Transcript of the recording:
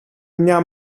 μια